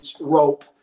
rope